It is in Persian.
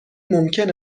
ممکن